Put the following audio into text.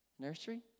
Nursery